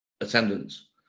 attendance